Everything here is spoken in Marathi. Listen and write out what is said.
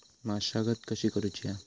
मशागत कशी करूची हा?